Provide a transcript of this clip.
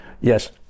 yes